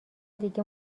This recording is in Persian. دیگه